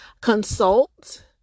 consult